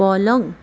पलङ